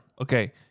Okay